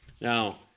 Now